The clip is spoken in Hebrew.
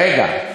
רגע.